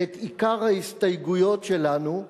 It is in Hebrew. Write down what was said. ואת עיקר ההסתייגויות שלנו,